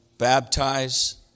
baptize